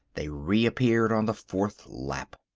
they reappeared on the fourth lap.